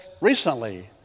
recently